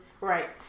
Right